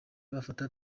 bafata